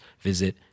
visit